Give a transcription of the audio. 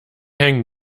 hängen